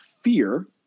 fear